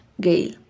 Gail